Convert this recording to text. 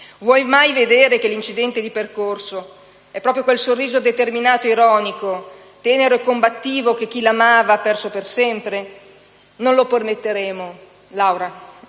Vuoi mai vedere che l'incidente di percorso è proprio quel sorriso determinato e ironico, tenero e combattivo che chi l'amava ha perso per sempre? Non lo permetteremo, Laura.